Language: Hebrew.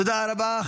תודה רבה.